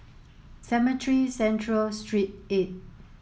Cemetry Central Street eight